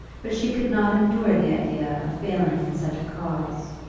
but she could not endure the idea of failing in such a cause.